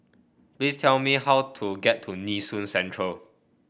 please tell me how to get to Nee Soon Central